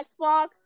Xbox